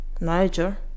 Niger